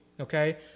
Okay